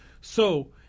so-